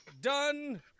Done